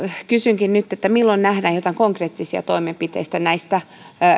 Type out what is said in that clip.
kysynkin nyt milloin nähdään jotain konkreettisia toimenpiteitä näistä